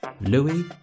Louis